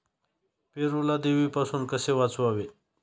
पेरूला देवीपासून कसे वाचवावे?